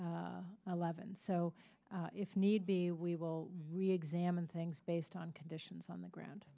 and eleven so if need be we will reexamine things based on conditions on the ground